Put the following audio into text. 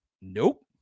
Nope